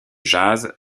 jazz